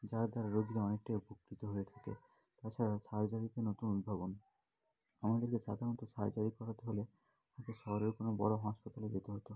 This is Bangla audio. যার দ্বারা রোগীরা অনেকটাই উপকৃত হয়ে থাকে এছাড়াও সার্জারিতে নতুন উদ্ভাবন আমাদেরকে সাধারণত সার্জারি করাতে হলে আগে শহরের কোনো বড় হাসপাতালে যেতে হতো